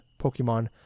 pokemon